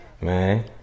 Man